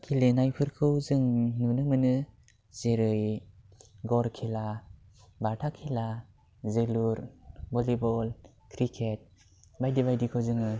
गेलेनायफोरखौ जों नुनो मोनो जेरै गर खेला बाथा खेला जोलुर भलिबल क्रिकेट बायदि बायदिखौ जोङो